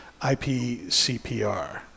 IPCPR